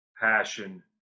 passion